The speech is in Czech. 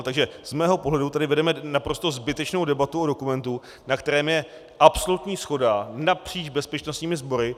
Takže z mého pohledu tedy vedeme naprosto zbytečnou debatu o dokumentu, na kterém je absolutní shoda napříč bezpečnostními sbory.